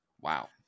Wow